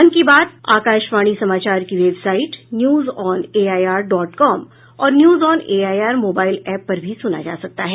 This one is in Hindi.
मन की बात आकाशवाणी समाचार की वेबसाईट न्यूजऑनएआईआर डॉट कॉम और न्यूजऑनएआईआर मोबाईल एप पर भी सुना जा सकता है